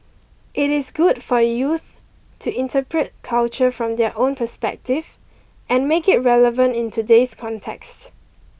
it is good for youth to interpret culture from their own perspective and make it relevant in today's context